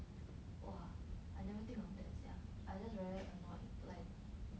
!wah! I never think of that sia I just very annoyed like